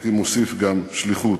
הייתי מוסיף גם: שליחות.